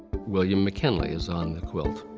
william mckinley is on the quilt.